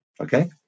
Okay